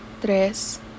tres